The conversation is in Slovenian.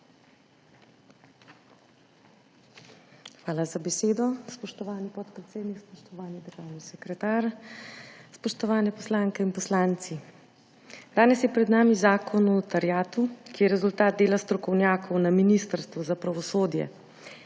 Hvala za besedo, spoštovani podpredsednik. Spoštovani državni sekretar, spoštovane poslanke in poslanci! Danes je pred nami zakon o notariatu, ki je rezultat dela strokovnjakov na Ministrstvu za pravosodje